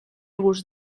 gust